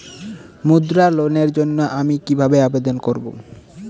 মুদ্রা লোনের জন্য আমি কিভাবে আবেদন করবো?